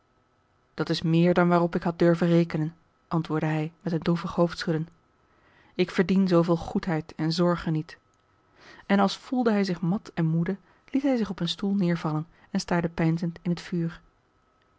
dat is meer dan waarop ik had durven rekenen antwoordde hij met een droevig hoofdschudden ik verdien zooveel a l g bosboom-toussaint de delftsche wonderdokter eel goedheid en zorge niet en als voelde hij zich mat en moede liet hij zich op een stoel neêrvallen en staarde peinzend in het vuur